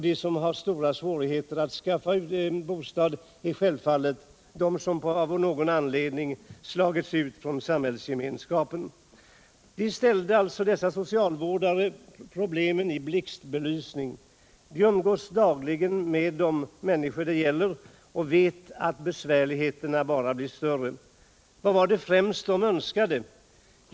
De som har stora svårigheter att skaffa en bostad är självfallet de som av någon anledning slagits ut ur samhällsgemenskapen. Dessa socialvårdare ställde problemen i blixtbelysning. De umgås dagligen med de människor det gäller och vet att besvärligheterna bara blir större. Vad var det främst de önskade?